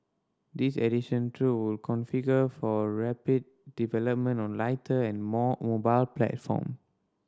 this additional troop will configured for rapid development on lighter and more mobile platform